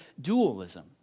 dualism